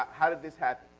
how did this happen?